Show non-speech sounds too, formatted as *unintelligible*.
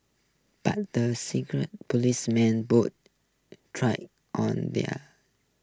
but the secret police man *unintelligible* try on their